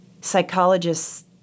psychologists